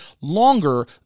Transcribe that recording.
longer